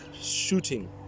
shooting